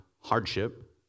hardship